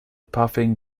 puffing